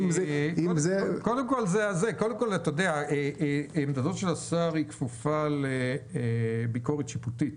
עמדתו של השר תמיד כפופה לביקורת שיפוטית.